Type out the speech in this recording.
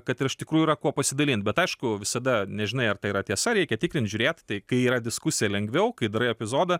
kad ir iš tikrųjų yra kuo pasidalint bet aišku visada nežinai ar tai yra tiesa reikia tikrint žiūrėt tai kai yra diskusija lengviau kai darai epizodą